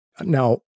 Now